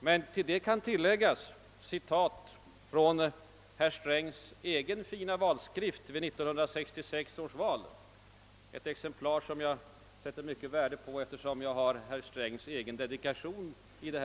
Och till detta kan läggas ett citat ur herr Strängs egen fina valskrift vid 1966 års val — jag sätter mycket stort värde på mitt exemplar av skriften eftersom jag har herr Strängs egen dedikation i det.